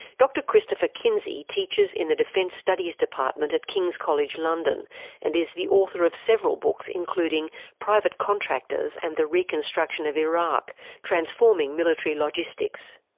dr christopher kinsey teaches in the defence studies department at kings college london and is the author of several books including private contractors and the reconstruction of iraq transforming military logistics.